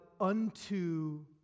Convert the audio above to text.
unto